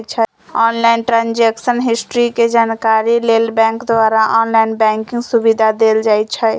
online transaction history के जानकारी लेल बैंक द्वारा ऑनलाइन बैंकिंग सुविधा देल जाइ छइ